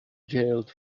jailed